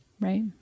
Right